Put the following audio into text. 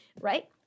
right